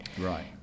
Right